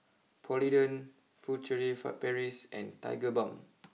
Polident Furtere for Paris and Tigerbalm